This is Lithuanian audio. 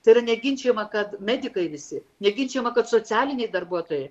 tai yra neginčijama kad medikai visi neginčijama kad socialiniai darbuotojai